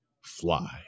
fly